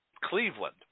Cleveland